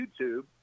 YouTube